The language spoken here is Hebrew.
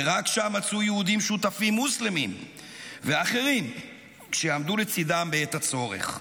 ורק שם מצאו יהודים שותפים מוסלמים ואחרים שיעמדו לצידם בעת הצורך.